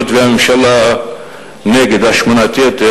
והיות שהממשלה נגד השמנת יתר,